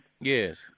Yes